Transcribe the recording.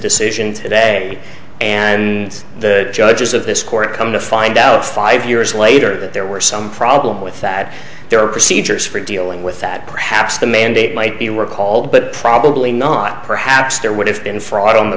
decision today and the judges of this court come to find out five years later that there were some problem with that there are procedures for dealing with that perhaps the mandate might be recalled but probably not perhaps there would have been fraud on the